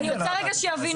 אני רוצה שיבינו.